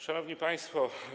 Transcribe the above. Szanowni Państwo!